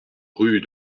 rue